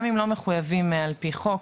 גם אם אתם לא מחויבים על פי חוק,